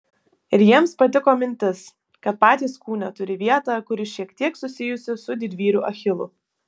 ir jiems patiko mintis kad patys kūne turi vietą kuri šiek tiek susijusi su didvyriu achilu